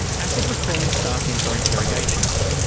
asic was calling staff in for interrogations.